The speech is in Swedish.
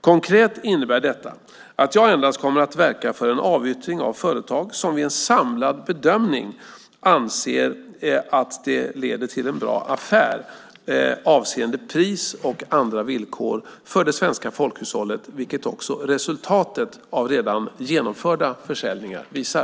Konkret innebär detta att jag endast kommer att verka för en avyttring av företag om vi vid en samlad bedömning anser att det leder till en bra affär avseende pris och andra villkor för det svenska folkhushållet vilket också resultatet av redan genomförda försäljningar visar.